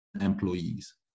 employees